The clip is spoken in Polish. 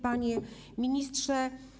Panie Ministrze!